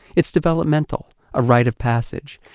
it's developmenta l. a rite of passage.